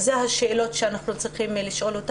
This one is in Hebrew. אלה השאלות שאנחנו צריכים לשאול.